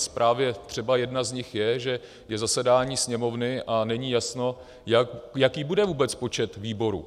Právě třeba jedna z nich je, že je zasedání Sněmovny a není jasno, jaký bude vůbec počet výborů.